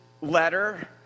letter